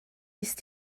ist